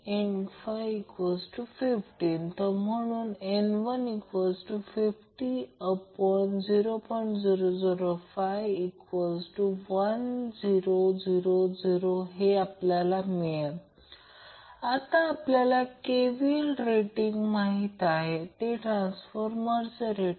circuit 100 हर्ट्झवर resonate करते म्हणजे f0 100 हर्ट्झ कॉइलचा इंडक्टन्स शोधा जर सर्किट 200V 100Hz स्त्रोतामध्ये जोडलेले असेल तर कॉइलला वितरित केलेली पॉवर शोधा